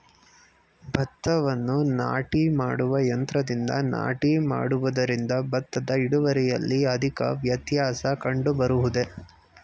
ಭತ್ತವನ್ನು ನಾಟಿ ಮಾಡುವ ಯಂತ್ರದಿಂದ ನಾಟಿ ಮಾಡುವುದರಿಂದ ಭತ್ತದ ಇಳುವರಿಯಲ್ಲಿ ಅಧಿಕ ವ್ಯತ್ಯಾಸ ಕಂಡುಬರುವುದೇ?